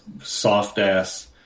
soft-ass